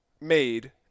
made